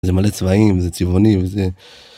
זה מלא צבעים, זה צבעונים, זה...